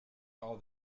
all